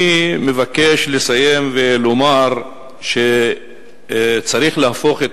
אני מבקש לסיים ולומר שצריך להפוך את